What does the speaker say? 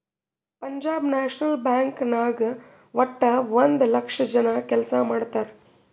Punjab national bank ನಾಗ್ ವಟ್ಟ ಒಂದ್ ಲಕ್ಷ ಜನ ಕೆಲ್ಸಾ ಮಾಡ್ತಾರ್